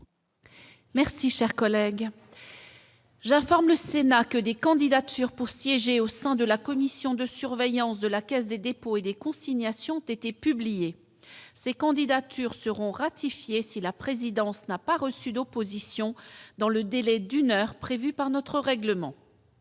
Merci, cher collègue, j'informe le Sénat que des candidatures pour siéger au sein de la commission de surveillance de la Caisse des dépôts et des consignations ont été publiés ces candidatures seront ratifiés si la présidence n'a pas reçu d'opposition dans le délai d'une heure prévue par notre règlement.